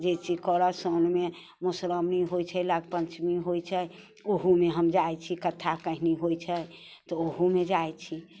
जाइत छी करऽ सओनमे मधुश्रावणी होइत छै नाग पञ्चमी होइत छै ओहोमे हम जाइत छी कथा कहनी होइत छै तऽ ओहोमे जाइत छी